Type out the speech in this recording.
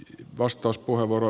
herra puhemies